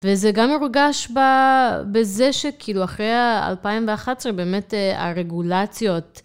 וזה גם מורגש בזה שכאילו אחרי 2011, באמת הרגולציות